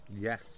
Yes